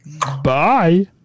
Bye